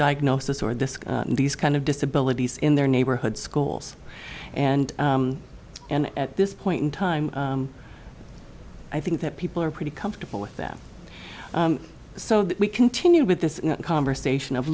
diagnosis or disk and these kind of disabilities in their neighborhood schools and and at this point in time i think that people are pretty comfortable with that so that we continue with this conversation of